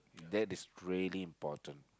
that is really important